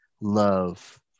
love